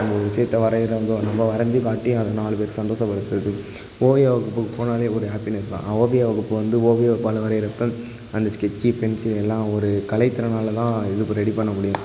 ஒரு விஷயத்தை வரைகிற வரைஞ்சி காட்டி அது நாலு பேரை சந்தோஷப்படுத்துகிறது ஓவிய வகுப்புக்கு போனாலே ஒரு ஹேப்பினஸ் தான் ஓவிய வகுப்பு வந்து ஓவிய வகுப்பால் வரைகிறப்ப அந்த ஸ்கெட்ச் பென்சில் எல்லாம் ஒரு கலைத்திறனால் தான் இதுக்கு ரெடி பண்ண முடியும்